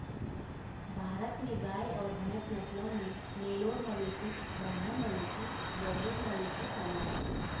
भारत में गाय और भैंस नस्लों में नेलोर मवेशी ब्राह्मण मवेशी गेज़रैट मवेशी शामिल है